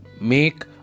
Make